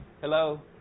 Hello